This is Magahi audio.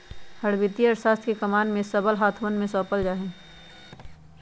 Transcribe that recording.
हर वित्तीय अर्थशास्त्र के कमान के सबल हाथवन में सौंपल जा हई